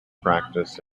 practice